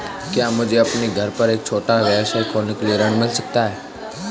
क्या मुझे अपने घर पर एक छोटा व्यवसाय खोलने के लिए ऋण मिल सकता है?